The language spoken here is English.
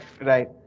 right